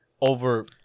Over